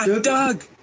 Doug